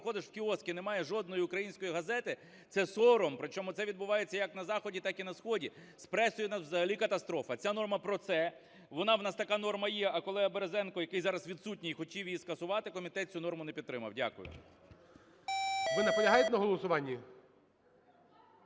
Ви наполягаєте на голосуванні?